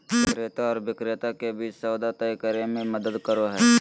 क्रेता आर विक्रेता के बीच सौदा तय करे में मदद करो हइ